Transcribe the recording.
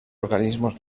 organismos